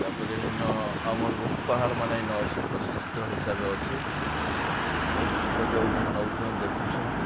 ତା'ପରେ ହେନ ଆମର୍ ବହୁତ୍ ପାହାଡ଼୍ମାନେ ଇନ ଅଛେ ପ୍ରସିଦ୍ଧ ହିସାବେ ଅଛେ ବହୁତ୍ ଲୋକ୍ ଯାଉଛନ୍ ଆଉଛନ୍ ଦେଖୁଛନ୍